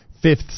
fifth